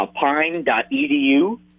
pine.edu